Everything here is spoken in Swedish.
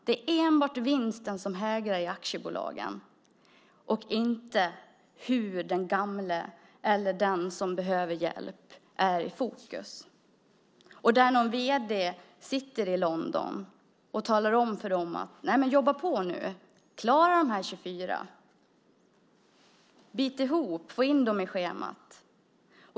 Det handlar enbart om vinsten för ägarna i aktiebolaget och inte om att den gamle eller den som behöver hjälp är i fokus. Det sitter någon vd i London och talar om för dem: Nej, men jobba på nu! Klara de här 24! Bit ihop! Få in dem i schemat!